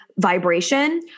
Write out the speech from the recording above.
vibration